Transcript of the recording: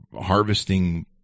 harvesting